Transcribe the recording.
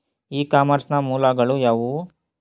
E commerce ನ ಮೂಲಗಳು ಯಾವುವು?